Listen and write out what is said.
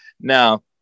now